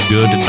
Good